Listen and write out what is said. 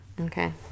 Okay